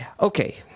Okay